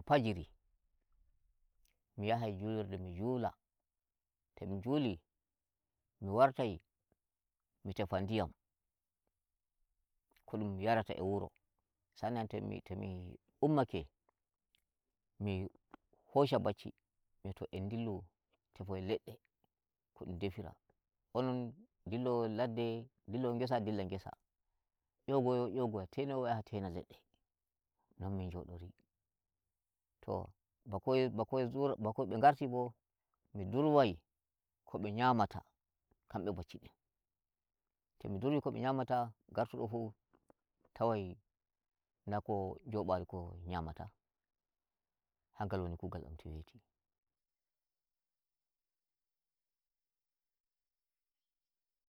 Fajiri, mi yahai julurde mi njula, to mi juli mi wartowai, mi tefa ndiyam ko dum yarata e wuro. Sa'an nan to mi to mi ummake mi hosha bacci mi yi'a to en dillu tefoyen ledde ko dum defira, onon ndillowo ledde, ndillowo ngesa ndilla ngesa, nyogoya nyogoyo tenowa yaha tenowa ledde non min mjodori. To bako bako zur bako ɓe ngarti bo ɓe durwai ko ɓe nyamata ham ɓe bacci ɗin. To ɓe duri ko nyamata ngartudo fuu tawai dako jobari ko nyamata, hangal won kugal am to weti.